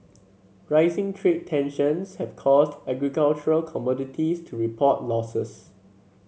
rising trade tensions have caused agricultural commodities to report losses